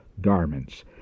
garments